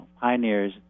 pioneers